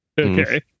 Okay